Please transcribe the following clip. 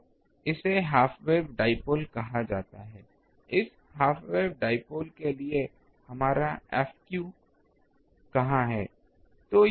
तो इसे half wave dipole कहा जाता है इस हाफवेव डाइपोल के लिए हमारा F कहा है